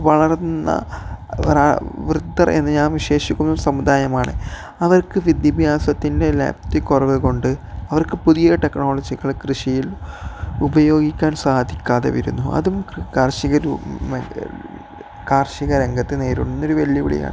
വൃദ്ധർ എന്ന് ഞാൻ വിശേഷിപ്പിക്കുന്ന സമുദായമാണ് അവർക്ക് വിദ്യാഭ്യാസത്തിൻ്റെ ലഭ്യതക്കുറവ് കൊണ്ട് അവർക്ക് പുതിയ ടെക്നോളജികൾ കൃഷിയിൽ ഉപയോഗിക്കാൻ സാധിക്കാതെ വരുന്നു അതും കാർഷിക കാർഷിക രംഗത്ത് നേരിടുന്നൊരു വെല്ലുവിളിയാണ്